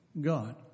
God